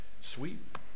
Sweet